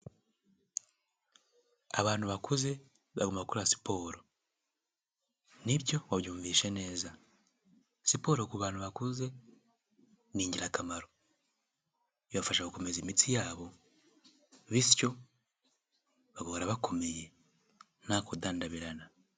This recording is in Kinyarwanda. Abantu bakuze bagomba gukora siporo. Ni byo wabyumvise neza. Siporo ku bantu bakuze ni ingirakamaro. Ibafasha gukomeza imitsi yabo, bityo bagahora bakomeye nta kudandabirana.